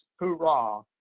hoorah